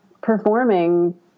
performing